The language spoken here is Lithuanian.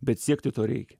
bet siekti to reikia